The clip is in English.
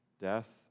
death